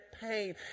pain